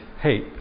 hey